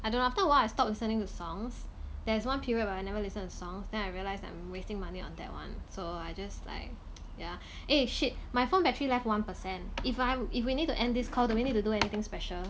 I don't after awhile I stopped listening to songs there's one period but I never listen to songs then I realise I'm wasting money on that one so I just like ya eh shit my phone battery left one per cent if I if you need to end this call them you need to do anything special